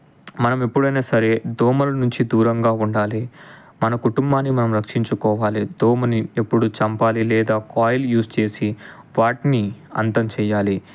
మనం ఎప్పుడయినా సరే దోమల్నుంచి దూరంగా ఉండాలి మన కుటుంబాన్ని మనం రక్షించుకోవాలి దోమని ఎప్పుడు చంపాలి లేదా కాయిల్ యూజ్ చేసి వాటిని అంతం చేయాలి